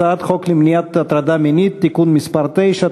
הצעת חוק למניעת הטרדה מינית (תיקון מס' 9),